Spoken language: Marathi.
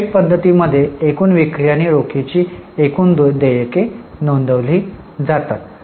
थेट पध्दतीमध्ये एकूण विक्री आणि रोखीची एकूण देयके नोंदवली जातात